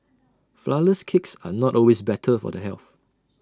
Flourless Cakes are not always better for the health